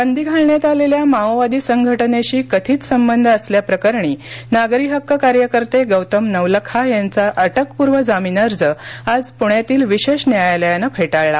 बंदी घालण्यात आलेल्या माओवादी संघटनेशी कथित संबध असल्याप्रकरणी नागरी हक्क कार्यकर्ते गौतम नवलाखा यांचा अटकपूर्व जामीन अर्ज आज प्ण्यातील विशेष न्यायालयानं फेटाळला